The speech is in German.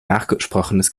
nachgesprochenes